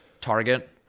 target